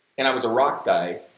and i was a rock guy,